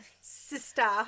sister